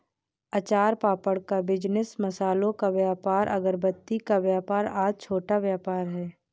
अचार पापड़ का बिजनेस, मसालों का व्यापार, अगरबत्ती का व्यापार आदि छोटा व्यापार है